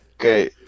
Okay